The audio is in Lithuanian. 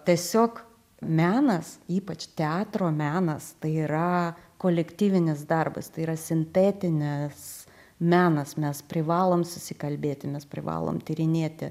tiesiog menas ypač teatro menas tai yra kolektyvinis darbas tai yra sintetinis menas mes privalom susikalbėti mes privalom tyrinėti